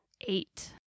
Eight